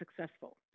successful